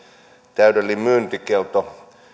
täydellinen myyntikielto